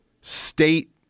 state